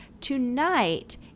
tonight